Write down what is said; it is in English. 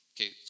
Okay